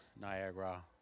Niagara